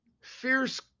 fierce